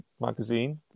magazine